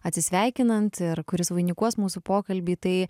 atsisveikinant ir kuris vainikuos mūsų pokalbį tai